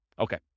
Okay